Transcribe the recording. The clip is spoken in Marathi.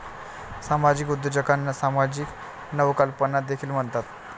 सामाजिक उद्योजकांना सामाजिक नवकल्पना देखील म्हणतात